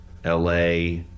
la